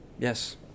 Yes